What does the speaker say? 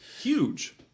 Huge